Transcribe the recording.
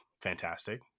fantastic